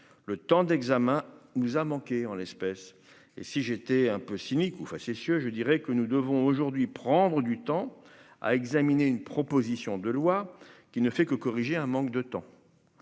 le temps d'examen nous a manqué en l'espèce, et si j'étais un peu cynique ou facétieux, je dirais que nous devons aujourd'hui prendre du temps à examiner une proposition de loi qui ne fait que corriger un manque de temps,